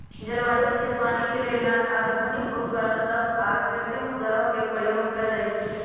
जलवायु भविष्यवाणी के लेल आधुनिक उपकरण सभ आऽ कृत्रिम उपग्रहों के प्रयोग कएल जाइ छइ